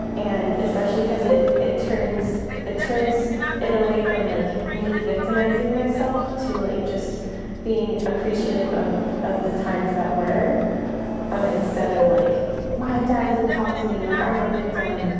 and especially because it it turns it turns it away from like me victimizing myself, too, like just being appreciative of of the times that were ah instead of like my dad doesn't talk to me like i'm a victim